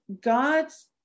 God's